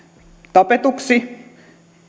tapetuksi